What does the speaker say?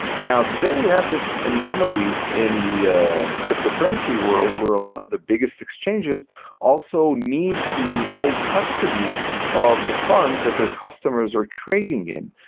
now, today we have this anomaly in the ah cryptocurrency world where a lot of the biggest exchanges also need to hold custody of the funds that their customers are trading in.